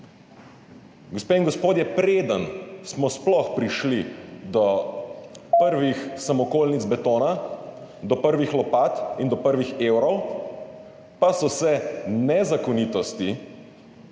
Gospe in gospodje, preden smo sploh prišli do prvih samokolnic betona, do prvih lopat in do prvih evrov, pa so se nezakonitosti